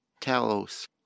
Talos